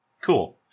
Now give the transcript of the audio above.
Cool